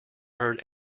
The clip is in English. heard